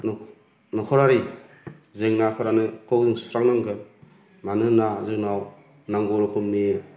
नखरारि जेंनाफोरखौ सुस्रांनांगोन मानोना जोंनाव नांगौ रोखोमनि